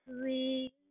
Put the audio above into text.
sweet